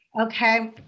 Okay